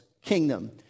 kingdom